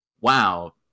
wow